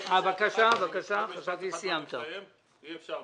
איך למצוא פתרון.